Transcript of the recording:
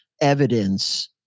evidence